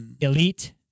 elite